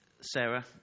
Sarah